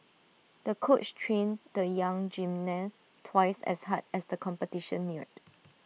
the coach trained the young gymnast twice as hard as the competition neared